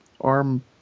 arm